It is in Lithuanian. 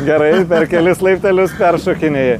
gerai dar kelis laiptelius peršokinėji